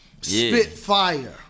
Spitfire